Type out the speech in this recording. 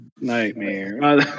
Nightmare